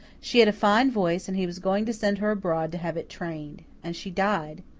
she had a fine voice, and he was going to send her abroad to have it trained. and she died.